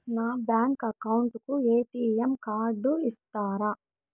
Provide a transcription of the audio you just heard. నా bank account కు ATM card ఇస్తారా